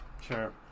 Sure